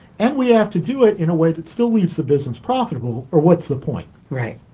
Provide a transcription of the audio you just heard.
and we have to do it in a way that still leaves the business profitable, or what's the point? right.